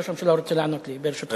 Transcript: ראש הממשלה רוצה לענות לי, ברשותך.